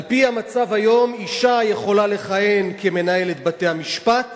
על-פי המצב היום, אשה יכולה לכהן כמנהלת בתי-המשפט